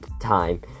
time